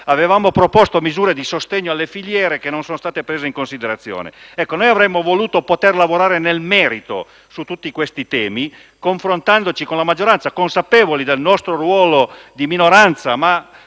Avevamo poi proposto misure di sostegno alle filiere, che non sono state prese in considerazione. Avremmo voluto poter lavorare nel merito su tutti questi temi, confrontandoci con la maggioranza, consapevoli del nostro ruolo di minoranza, che